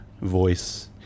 voice